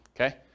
Okay